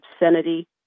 obscenity